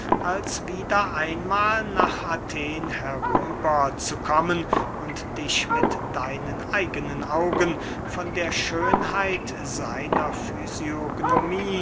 als wieder einmahl nach athen herüber zu kommen und dich mit deinen eigenen augen von der schönheit seiner